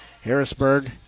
Harrisburg